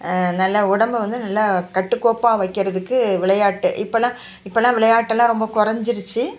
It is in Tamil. நல்ல உடம்பு வந்து நல்ல கட்டுக்கோப்பாக வைக்கினறத்துக்கு விளையாட்டு இப்போலாம் இப்போலாம் விளையாட்டெல்லாம் ரொம்ப குறைஞ்சிருச்சு